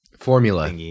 formula